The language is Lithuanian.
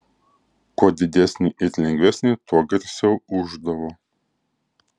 kuo didesnė ir lengvesnė tuo garsiau ūždavo